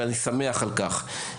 ואני שמח על כך.